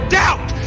doubt